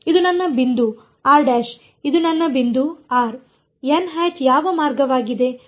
ಇದು ನನ್ನ ಬಿಂದು ಇದು ನನ್ನ ಬಿಂದು r ಯಾವ ಮಾರ್ಗವಾಗಿದೆ